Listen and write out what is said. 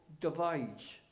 divides